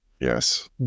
Yes